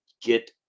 get